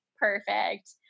perfect